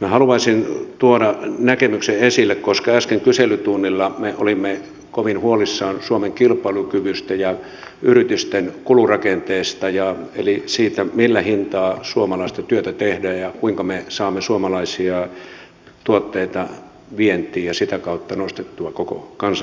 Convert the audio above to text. minä haluaisin tuoda siitä näkemyksen esille koska äsken kyselytunnilla me olimme kovin huolissamme suomen kilpailukyvystä ja yritysten kulurakenteesta eli siitä millä hinnalla suomalaista työtä tehdään ja kuinka me saamme suomalaisia tuotteita vientiin ja sitä kautta nostettua koko kansan elintasoa